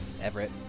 Everett